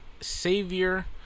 savior